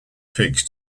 pigs